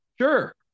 Sure